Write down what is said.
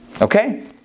Okay